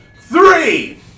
three